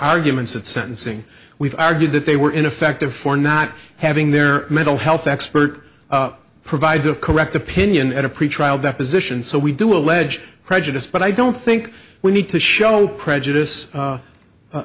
arguments at sentencing we've argued that they were ineffective for not having their mental health expert provide a correct opinion at a pretrial deposition so we do allege prejudice but i don't think we need to show prejudice